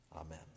Amen